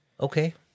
Okay